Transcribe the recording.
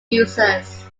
users